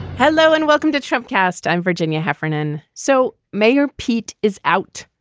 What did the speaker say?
hello and welcome to trump cast. i'm virginia heffernan. so mayor pete is out.